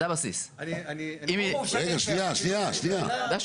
זה ערר ארצי.